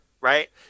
right